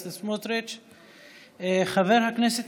הציבור שלכם